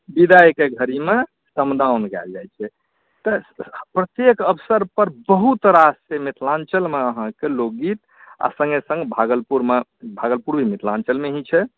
विदाइके घड़ीमे समदाउन गायल जाइत छै तऽ प्रत्येक अवसरपर बहुत रास से मिथिलाञ्चलमे अहाँकेँ लोकगीत आ सङ्गहि सङ्ग भागलपुरमे भागलपुर मिथिलाञ्चलमे ही छै